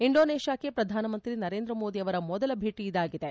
ಇಂಡೋನೇಷ್ಠಾಕ್ಷೆ ಪ್ರಧಾನಮಂತ್ರಿ ನರೇಂದ್ರ ಮೋದಿ ಅವರ ಮೊದಲ ಭೇಟಿ ಇದಾಗಿದೆ